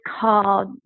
called